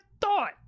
thought